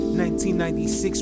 1996